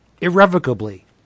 irrevocably